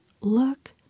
Look